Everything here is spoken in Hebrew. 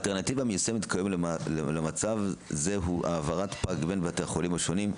האלטרנטיבה המיושמת כיום למצב זה היא העברת פג בין בתי החולים השונים,